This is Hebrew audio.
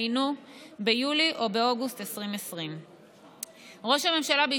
היינו ביולי או באוגוסט 2020. ראש הממשלה,